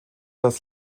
das